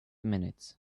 minutes